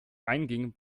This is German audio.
einging